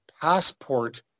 passport